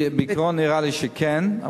בעיקרון נראה לי שכן,